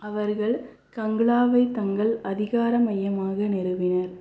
அவர்கள் கங்லாவை தங்கள் அதிகார மையமாக நிறுவினர்